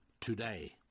today